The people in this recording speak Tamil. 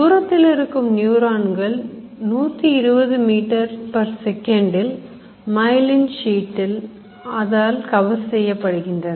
தூரத்திலிருக்கும் நியூரான்கள் 120 மீட்டர் செகண்ட் இல் Myelin Sheath ஆல் கவர் செய்யப்படுகின்றன